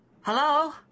hello